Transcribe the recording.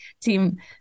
team